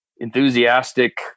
enthusiastic